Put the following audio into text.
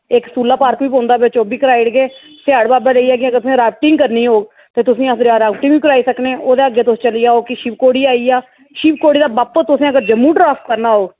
इक सूला पार्क बी पौंदा बिच्च ओह् बी कराई ओड़गे सेयाड़ बाबा लेई जाह्गे तुसें राफ्टिंग करनी होग ते तुसेंगी अस राफ्टिंग बी कराई सकनें ओह्दे अग्गें तुस चली जाओ फ्ही शिवखोड़ी आई गेआ शिवखोड़ी दा बापस तुसें अगर जम्मू ड्राप करना होग